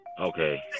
okay